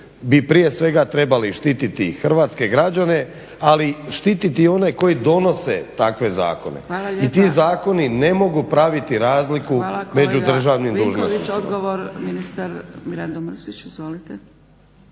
bi prije svega trebali štititi hrvatske građane, ali i štititi one koji donose takve zakone. I ti zakoni ne mogu praviti razliku među državnim dužnosnicima.